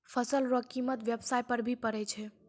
फसल रो कीमत व्याबसाय पर भी पड़ै छै